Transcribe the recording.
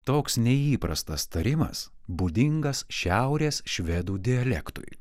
toks neįprastas tarimas būdingas šiaurės švedų dialektui